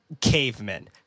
cavemen